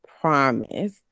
promise